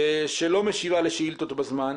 שלא משיבה לשאילתות בזמן,